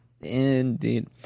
Indeed